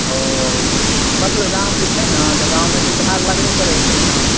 ओ मतलब गामके छै ने तऽ गाममे तऽ उधार लगबे करै छै ने